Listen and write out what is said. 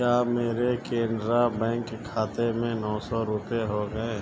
کیا میرے کینرا بینک کھاتے میں نو سو روپے ہوگئے